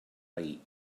veí